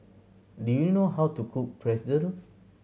do you know how to cook